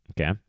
Okay